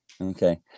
Okay